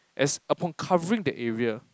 as upon covering the area